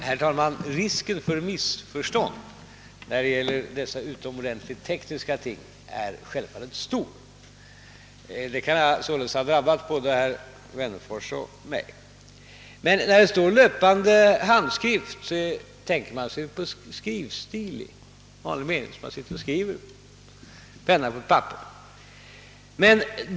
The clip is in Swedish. Herr talman! Risken för missförstånd när det gäller dessa utomordentligt invecklade tekniska ting är självfallet stor, och sådana kan därför ha drabbat både herr Wennerfors och mig. När det talas om »löpande handskrift» tänker man sig skrivstil i vanlig mening, som man skriver med penna på papper.